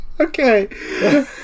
Okay